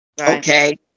Okay